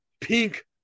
pink